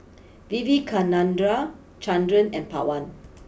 Vivekananda Chandra and Pawan